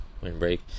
Windbreak